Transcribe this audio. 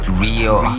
real